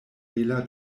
bela